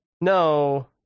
No